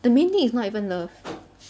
the main thing is not even love